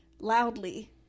loudly